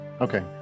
Okay